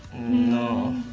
no,